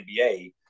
NBA